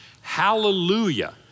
hallelujah